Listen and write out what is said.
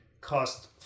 cost